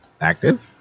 active